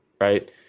right